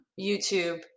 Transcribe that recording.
YouTube